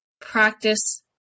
practice